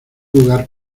lugar